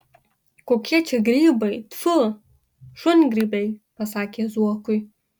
kokie čia grybai tfu šungrybiai pasakė zuokui